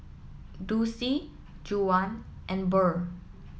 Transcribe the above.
Dulcie Juwan and Burl